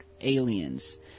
aliens